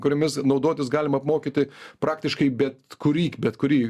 kuriomis naudotis galima apmokyti praktiškai bet kurį bet kurį